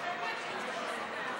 הגבלת עמלה בעד שירותי סליקה שמשלם